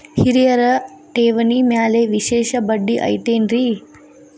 ಹಿರಿಯರ ಠೇವಣಿ ಮ್ಯಾಲೆ ವಿಶೇಷ ಬಡ್ಡಿ ಐತೇನ್ರಿ?